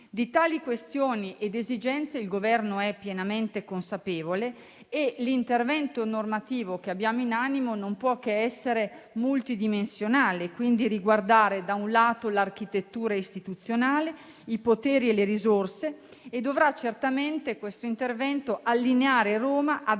Di tali questioni ed esigenze il Governo è pienamente consapevole; l'intervento normativo che abbiamo in animo non può che essere multidimensionale e quindi riguardare l'architettura istituzionale, i poteri e le risorse. Questo intervento dovrà certamente allineare Roma ad altre